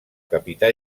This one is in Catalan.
capità